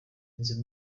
inzu